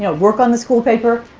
you know work on the school paper?